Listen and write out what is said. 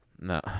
No